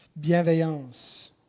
Bienveillance